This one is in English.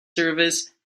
service